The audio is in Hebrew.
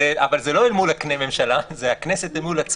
אבל זה לא אל מול הממשלה, זה אל מול הכנסת עצמה.